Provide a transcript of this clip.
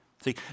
See